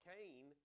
Cain